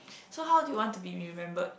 so how do you want to be remembered